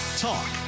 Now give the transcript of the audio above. talk